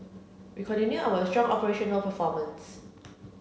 we continue our strong operational performance